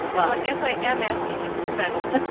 like i guess i am asking you to defend it